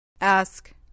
Ask